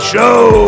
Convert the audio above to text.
Show